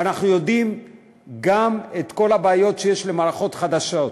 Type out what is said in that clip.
ואנחנו יודעים גם את כל הבעיות שיש במערכות חדשות.